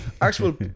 Actual